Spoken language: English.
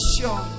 sure